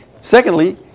Secondly